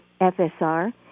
FSR